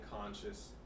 conscious